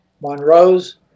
Monroe's